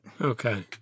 Okay